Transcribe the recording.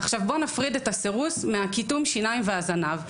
עכשיו בוא נפריד את הסירוס מקיטום השיניים והזנב.